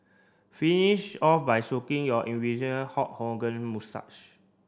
finish off by your Hulk Hogan moustache